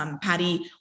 patty